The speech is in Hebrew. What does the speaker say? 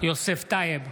יוסף טייב,